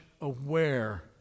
aware